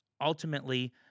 ultimately